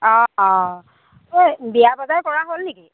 অ অ এই বিয়াৰ বজাৰ কৰা হ'ল নেকি